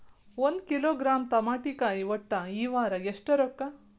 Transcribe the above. ಒಂದ್ ಕಿಲೋಗ್ರಾಂ ತಮಾಟಿಕಾಯಿ ಒಟ್ಟ ಈ ವಾರ ಎಷ್ಟ ರೊಕ್ಕಾ?